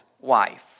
wife